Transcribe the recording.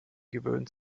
gewöhnt